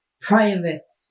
private